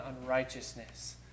unrighteousness